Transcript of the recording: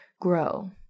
grow